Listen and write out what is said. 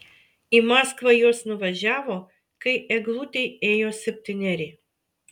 į maskvą jos nuvažiavo kai eglutei ėjo septyneri